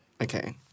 Okay